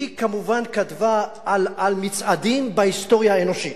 היא, כמובן, כתבה על מצעדים בהיסטוריה האנושית.